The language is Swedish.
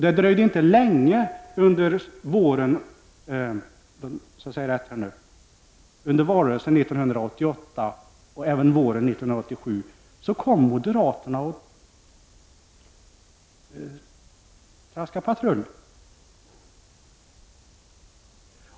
Det dröjde inte länge i valrörelsen 1988 förrän moderaterna kom och traskade patrull.